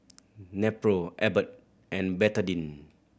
Nepro Abbott and Betadine